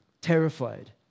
terrified